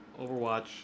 Overwatch